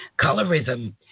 Colorism